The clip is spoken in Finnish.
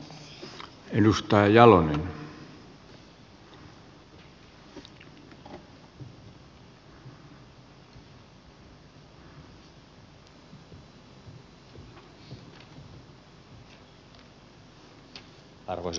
arvoisa puhemies